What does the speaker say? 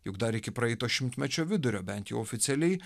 juk dar iki praeito šimtmečio vidurio bent jau oficialiai